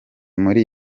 muri